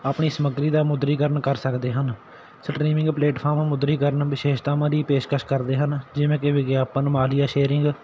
ਆਪਣੀ ਸਮੱਗਰੀ ਦਾ ਮੁਦਰੀਕਰਨ ਕਰ ਸਕਦੇ ਹਨ ਸਟ੍ਰੀਮਿੰਗ ਪਲੇਟਫਾਰਮ ਮੁਦਰੀਕਰਨ ਵਿਸ਼ੇਸ਼ਤਾਵਾਂ ਦੀ ਪੇਸ਼ਕਸ਼ ਕਰਦੇ ਹਨ ਜਿਵੇਂ ਕਿ ਵਿਗਿਆਪਨ ਮਾਲੀਆ ਸ਼ੇਰਿੰਗ